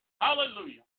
Hallelujah